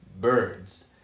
birds